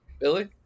Billy